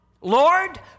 Lord